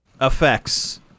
effects